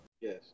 Yes